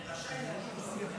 אני רשאי להגיב.